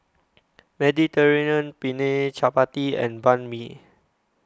Mediterranean Penne Chapati and Banh MI